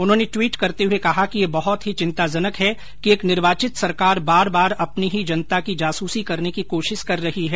उन्होंने ट्विट करते हए कहा कि यह बहत ही चिंताजनक है कि एक निर्वाचित सरकार बार बार अपनी ही जनता की जासूसी करने की कोशिश कर रही है